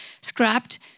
scrapped